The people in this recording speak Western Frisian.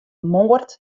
moard